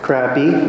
Crappy